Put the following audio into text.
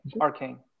Arcane